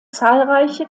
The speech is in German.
zahlreiche